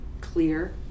clear